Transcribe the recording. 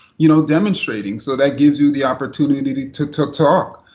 you know, demonstrating? so that gives you the opportunity to to talk.